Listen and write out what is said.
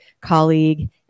colleague